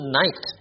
night